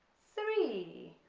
three